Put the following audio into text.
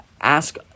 ask